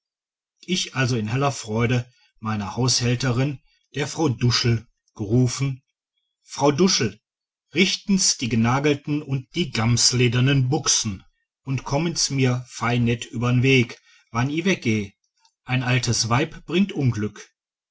ich also in heller freude meiner haushälterin der frau duschl gerufen frau duschl richten's die g'nagelten und die gamsledernen buxen und kommen's mir fei net übern weg wann i weggeh ein altes weib bringt unglück